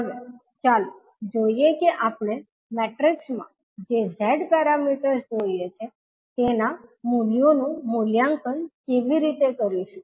હવે ચાલો જોઈએ કે આપણે મેટ્રિક્સ માં જે Z પેરામીટર્સ જોઇએ છે તેના મૂલ્યોનું મૂલ્યાંકન કેવી રીતે કરીશું